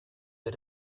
del